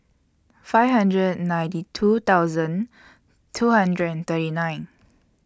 five hundred and ninety two thousand two hundred and thirty nine